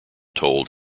told